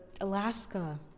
alaska